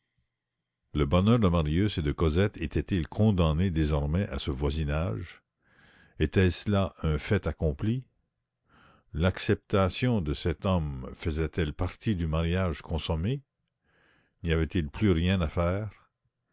le bonheur de marius et de cosette était-il condamné désormais à ce voisinage était-ce là un fait accompli l'acceptation de cet homme faisait-elle partie du mariage consommé n'y avait-il plus rien à faire